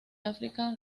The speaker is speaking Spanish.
áfrica